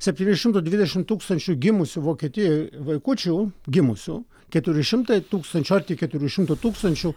septynių šimtų dvidešimt tūkstančių gimusių vokietijoje vaikučių gimusių keturi šimtai tūkstančių arti keturių šimtų tūkstančių